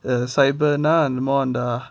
uh cyber னா என்னமோ அந்த:na ennamo andha I'm more on the